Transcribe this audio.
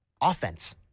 Offense